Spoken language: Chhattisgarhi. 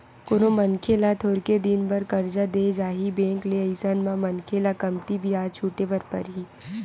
कोनो मनखे ल थोरके दिन बर करजा देय जाही बेंक ले अइसन म मनखे ल कमती बियाज छूटे बर परही